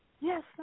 Yes